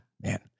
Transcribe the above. Man